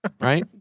Right